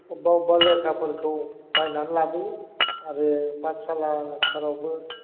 अबेबा अबेबा लेखाफोरखौ बायनानै लाबोयो आरो पाठसालाफोरावबो